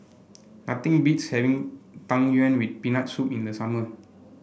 nothing beats having Tang Yuen with Peanut Soup in the summer